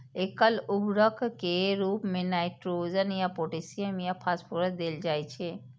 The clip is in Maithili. एकल उर्वरक के रूप मे नाइट्रोजन या पोटेशियम या फास्फोरस देल जाइ छै